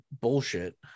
bullshit